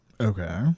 Okay